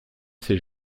ses